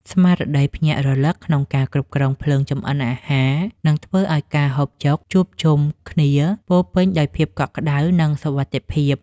ស្មារតីភ្ញាក់រលឹកក្នុងការគ្រប់គ្រងភ្លើងចម្អិនអាហារនឹងធ្វើឱ្យការហូបចុកជួបជុំគ្នាពោរពេញដោយភាពកក់ក្តៅ និងសុវត្ថិភាព។